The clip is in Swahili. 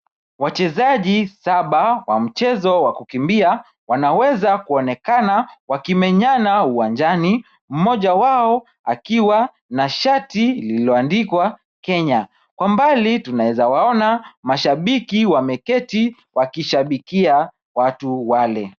Wachezaji saba wa mchezo wa kukimbia wanaweza kuonekana wakimenyana uwanjani, moja wao akiwa na shati lililoandikwa Kenya. Kwa mbali tunaeza waona mashabiki wameketi wakishabikia watu wale.